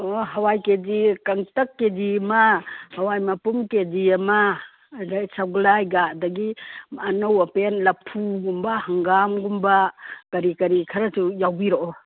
ꯑꯣ ꯍꯥꯋꯥꯏ K G ꯀꯥꯡꯇꯛ ꯀꯦ ꯖꯤ ꯑꯃ ꯍꯋꯥꯏ ꯃꯄꯨꯝ ꯀꯦ ꯖꯤ ꯑꯃ ꯑꯗꯩ ꯁꯒꯣꯜ ꯍꯋꯥꯏꯒ ꯑꯗꯒꯤ ꯑꯅꯧ ꯑꯄꯦꯟ ꯂꯐꯨꯒꯨꯝꯕ ꯍꯪꯒꯥꯝꯒꯨꯝꯕ ꯀꯔꯤ ꯀꯔꯤ ꯈꯔꯁꯨ ꯌꯥꯎꯕꯤꯔꯛꯎ